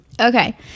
Okay